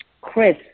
Chris